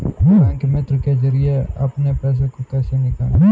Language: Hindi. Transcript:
बैंक मित्र के जरिए अपने पैसे को कैसे निकालें?